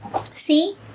See